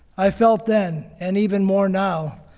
i felt then, and even more now,